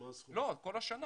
מה הסכום?